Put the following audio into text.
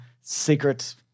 secret